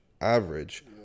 Average